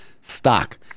stock